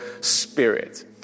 spirit